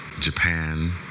Japan